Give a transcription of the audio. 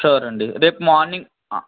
sure అండి రేపు morning